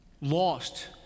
lost